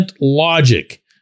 logic